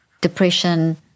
depression